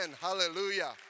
Hallelujah